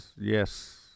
Yes